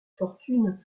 fortune